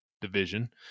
division